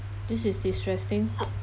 this is distressing